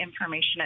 information